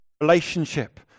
relationship